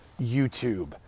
YouTube